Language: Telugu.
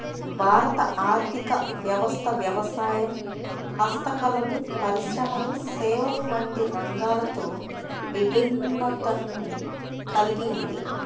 భారత ఆర్ధిక వ్యవస్థ వ్యవసాయం, హస్తకళలు, పరిశ్రమలు, సేవలు వంటి రంగాలతో విభిన్నతను కల్గి ఉంది